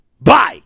Bye